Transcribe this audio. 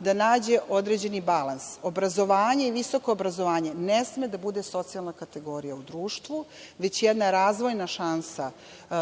da nađe određeni balans. Obrazovanje i visoko obrazovanje ne sme da bude socijalna kategorija u društvu, već jedna razvojna šansa